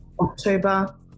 October